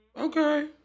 Okay